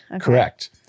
Correct